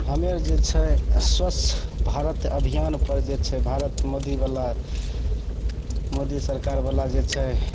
हम्मे जे छै स्वच्छ भारत अभियानपर जे छै भारत मोदीवला मोदी सरकारवला जे छै